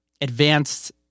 advanced